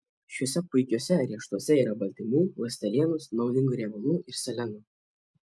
šiuose puikiuose riešutuose yra baltymų ląstelienos naudingų riebalų ir seleno